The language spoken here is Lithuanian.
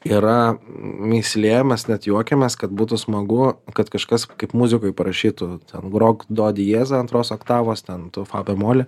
yra mįslė mes net juokiamės kad būtų smagu kad kažkas kaip muzikui parašytų ten grok do diezą antros oktavos ten tu fa bemoli